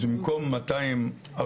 אז במקום 245